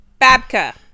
Babka